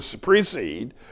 precede